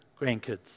grandkids